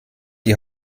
die